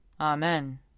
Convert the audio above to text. Amen